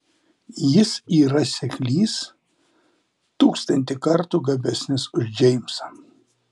jis yra seklys tūkstantį kartų gabesnis už džeimsą